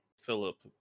Philip